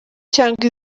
cyangwa